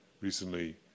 recently